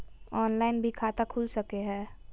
Online भी खाता खूल सके हय?